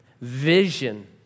vision